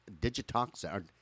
Digitoxin